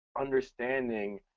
understanding